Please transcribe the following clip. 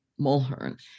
Mulhern